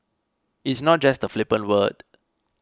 it's not just a flippant word